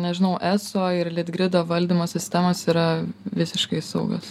nežinau eso ir litgrido valdymo sistemos yra visiškai saugios